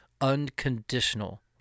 unconditional